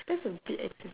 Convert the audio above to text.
that's a big ex